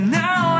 now